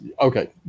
Okay